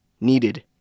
needed